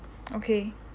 okay